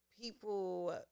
people